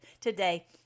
today